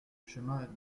chemin